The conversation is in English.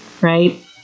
right